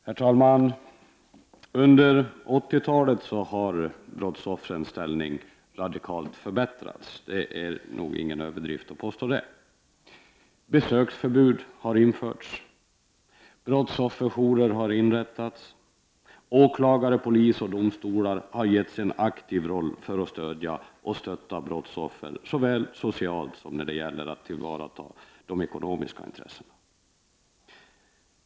Herr talman! Under 80-talet har brottsoffrens ställning radikalt förbättrats. Besöksförbud har införts. Brottsofferjourer har inrättats. Åklagare, polis och domstolar har getts en aktiv roll för att stödja och stötta brottsoffren såväl socialt som när det gäller att tillvarata de ekonomiska intressena.